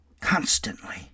constantly